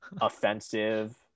offensive